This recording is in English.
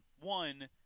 one